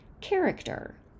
character